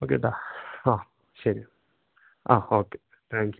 okay ഏട്ടാ ആ ശെരി ആ ഓക്കെ താങ്ക്യൂ